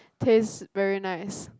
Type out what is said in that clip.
taste very nice